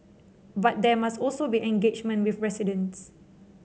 but there must also be engagement with residents